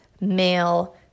male